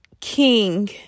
king